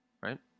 Right